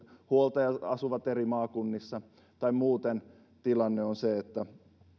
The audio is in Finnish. huoltajat asuvat eri maakunnissa tai muuten tilanne on se että